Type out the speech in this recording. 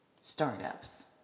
Startups